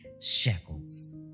shekels